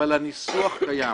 אבל הניסוח קיים.